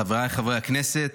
חבריי חברי הכנסת,